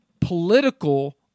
political